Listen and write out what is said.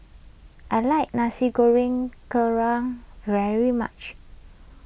I like Nasi Goreng Kerang very much